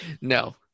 No